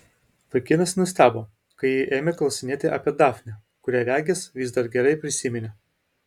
vaikinas nustebo kai ji ėmė klausinėti apie dafnę kurią regis vis dar gerai prisiminė